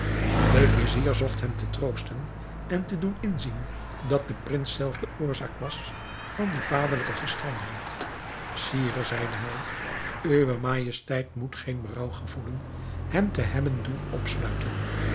de vizier zocht hem te troosten en te doen inzien dat de prins zelf de oorzaak was van die vaderlijke gestrengheid sire zeide hij uwe majesteit moet geen berouw gevoelen hem te hebben doen opsluiten